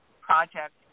project